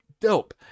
dope